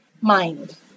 mind